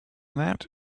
that